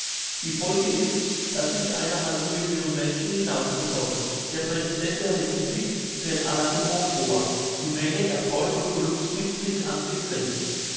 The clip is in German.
die folge ist dass ich eine halbe million menschen hinausbekomme der präsident der republik fährt la daumont vor die menge erfreut und belustigt sich an sich selbst